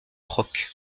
rock